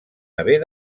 haver